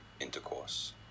intercourse